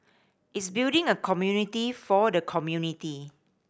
it's building a community for the community